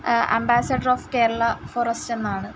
ambassador of Kerala forest എന്നാണ്